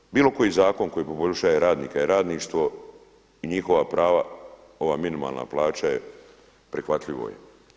Znači bilo koji zakon koji poboljšava radnika i radništvo i njihova prava, ova minimalna plaća je prihvatljivo je.